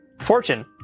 fortune